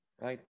right